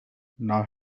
now